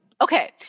Okay